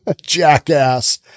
jackass